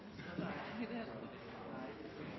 Ja, det er